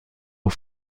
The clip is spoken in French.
aux